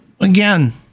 again